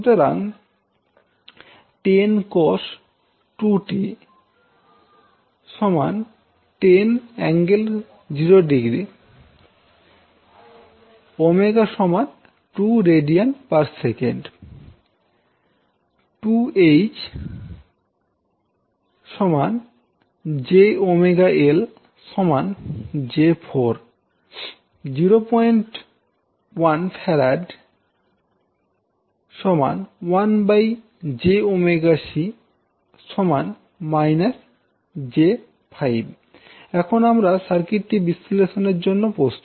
সুতরাং 10 cos 2t ⇒ 10∠0° ⍵ 2 rads 2H ⇒ j⍵L j4 01F ⇒1j⍵c j5 এখন আমরা সার্কিটটি বিশ্লেষণ এর জন্য প্রস্তুত